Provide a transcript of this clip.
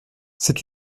c’est